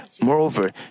Moreover